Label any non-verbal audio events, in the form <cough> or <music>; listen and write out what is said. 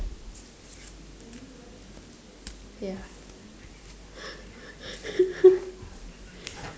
ya <laughs>